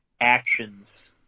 actions